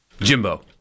Jimbo